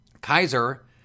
Kaiser